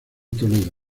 toledo